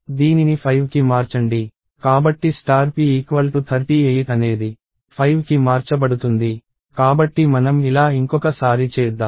దీనిని 5కి మార్చండి కాబట్టి p 38అనేది 5కి మార్చబడుతుంది కాబట్టి మనం ఇలా ఇంకొక సారి చేద్దాం